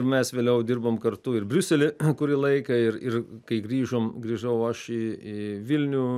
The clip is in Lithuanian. mes vėliau dirbom kartu ir briusely kurį laiką ir ir kai grįžom grįžau aš į į vilnių